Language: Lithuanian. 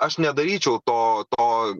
aš nedaryčiau to o